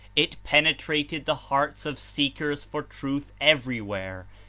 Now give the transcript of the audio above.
it penetrated the hearts of seekers for truth everywhere,